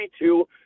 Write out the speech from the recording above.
two